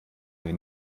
mir